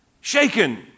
Shaken